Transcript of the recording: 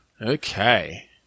Okay